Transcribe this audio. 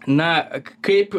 na kaip